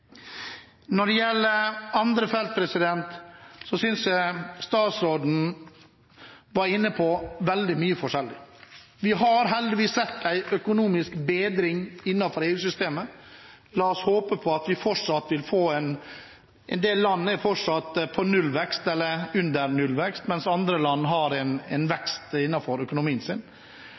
Når det gjelder andre felt, var statsråden inne på veldig mye forskjellig. Vi har heldigvis sett en økonomisk bedring innenfor EU-systemet. En del land er fortsatt på nullvekst eller under nullvekst, mens andre land har vekst innenfor økonomien sin.